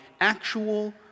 actual